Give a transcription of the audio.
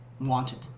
wanted